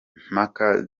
impaka